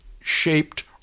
shaped